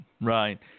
Right